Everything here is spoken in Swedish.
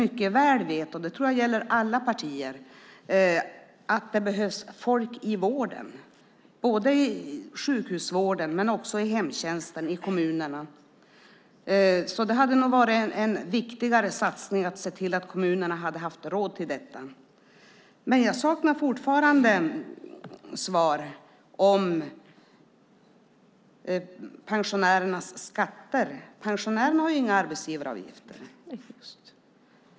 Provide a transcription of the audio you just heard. Jag tror att alla partier vet att det behövs folk i vården, både på sjukhusen och i hemtjänsten i kommunerna. Det hade nog varit en viktigare satsning att se till att kommunerna hade haft råd till det. Jag saknar fortfarande svar när det gäller pensionärernas skatter. Pensionärerna har ju inga arbetsgivaravgifter.